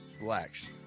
Relax